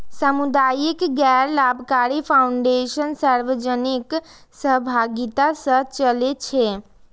सामुदायिक गैर लाभकारी फाउंडेशन सार्वजनिक सहभागिता सं चलै छै